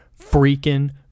freaking